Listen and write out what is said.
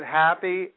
happy